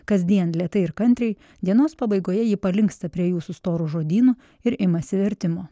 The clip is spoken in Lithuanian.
kasdien lėtai ir kantriai dienos pabaigoje ji palinksta prie jų su storu žodynu ir imasi vertimo